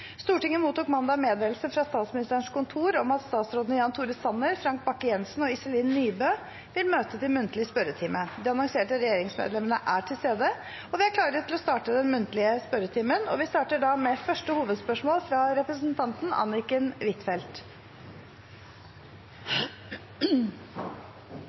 Stortinget mottok mandag meddelelse fra Statsministerens kontor om at statsrådene Jan Tore Sanner, Frank Bakke-Jensen og Iselin Nybø vil møte til muntlig spørretime. De annonserte regjeringsmedlemmene er til stede, og vi er klare til å starte den muntlige spørretimen. Vi starter da med første hovedspørsmål, fra representanten Anniken Huitfeldt.